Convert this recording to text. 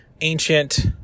ancient